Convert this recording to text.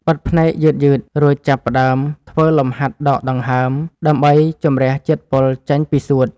បិទភ្នែកយឺតៗ រួចចាប់ផ្ដើមធ្វើលំហាត់ដកដង្ហើម ដើម្បីជម្រះជាតិពុលចេញពីសួត។